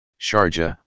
Sharjah